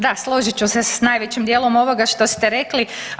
Da, složit ću se s najvećim dijelom ovoga što ste rekli.